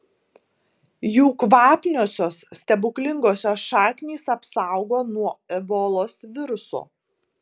jų kvapniosios stebuklingosios šaknys apsaugo nuo ebolos viruso